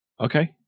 Okay